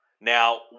Now